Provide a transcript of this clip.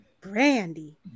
Brandy